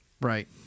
Right